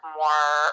more